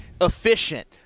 efficient